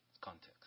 context